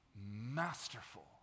masterful